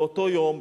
באותו יום,